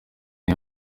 ine